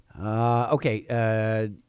Okay